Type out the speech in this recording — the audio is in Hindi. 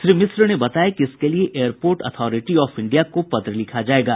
श्री मिश्र ने बताया कि इसके लिए एयरपोर्ट अथॉरिटी ऑफ इंडिया को पत्र लिखा जायेगा